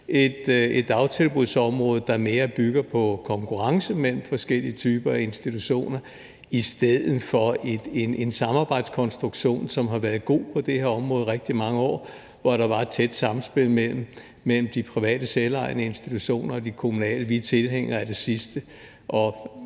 et dagtilbudsområde, der mere bygger på konkurrence mellem forskellige typer af institutioner i stedet for en samarbejdskonstruktion, som har været god på det her område i rigtig mange år, hvor der var et tæt samspil mellem de private selvejende institutioner og de kommunale. Vi er tilhængere af det sidste.